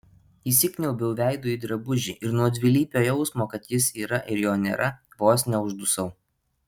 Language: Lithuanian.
įsikniaubiau veidu į drabužį ir nuo dvilypio jausmo kad jis yra ir jo nėra vos neuždusau